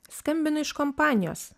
skambinu iš kompanijos